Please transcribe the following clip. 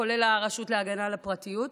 כולל הרשות להגנה על הפרטיות,